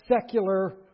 secular